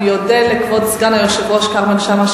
אודה לכבוד סגן היושב-ראש כרמל שאמה,